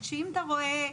אם אתה רואה,